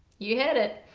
you heard it.